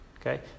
Okay